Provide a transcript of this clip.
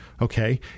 Okay